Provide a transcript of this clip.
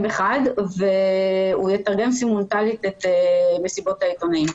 אחד והוא יתרגם סימולטנית את מסיבות העיתונאים.